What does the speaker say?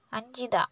Anjitha